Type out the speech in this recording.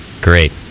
Great